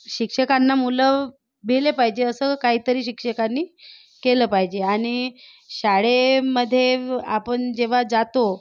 शिक्षकांना मुलं भिले पाहिजे असं काहीतरी शिक्षकांनी केलं पाहिजे आणि शाळेमध्ये आपण जेव्हा जातो